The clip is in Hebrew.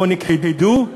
או נכחדו?